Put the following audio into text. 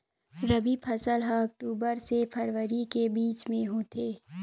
रबी फसल हा अक्टूबर से फ़रवरी के बिच में होथे